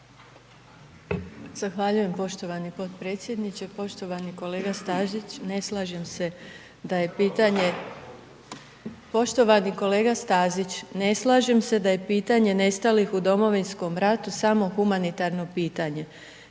Zahvaljujem poštovani potpredsjedniče. Poštovani kolega Stazić ne slažem se da je pitanje nestalih u Domovinskom ratu samo humanitarno pitanje